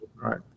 right